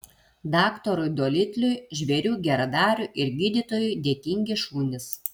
daktarui dolitliui žvėrių geradariui ir gydytojui dėkingi šunys